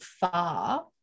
far